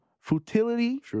Futility